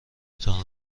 تان